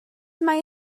mae